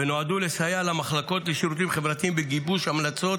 ונועדו לסייע למחלקות לשירותים חברתיים בגיבוש המלצות